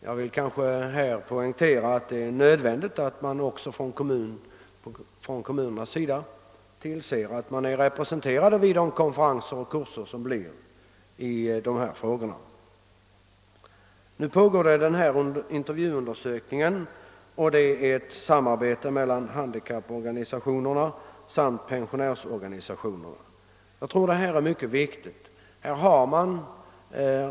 Jag vill poängtera att det är nödvändigt att man från kommunernas sida tillser att man är representerad vid de konferenser och kurser i dessa frågor som förekommer. Nu pågår intervjuundersökningen med samarbete mellan handikapporganisationerna samt pensionärsorganisationerna. Detta är mycket viktigt.